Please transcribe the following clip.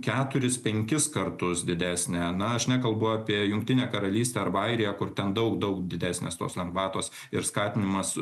keturis penkis kartus didesnę na aš nekalbu apie jungtinę karalystę arba airiją kur ten daug daug didesnės tos lengvatos ir skatinimas